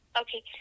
Okay